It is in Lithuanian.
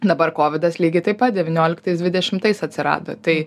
dabar kovidas lygiai taip pat devynioliktais dvidešimtais atsirado tai